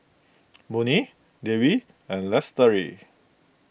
Murni Dewi and Lestari